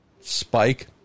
spike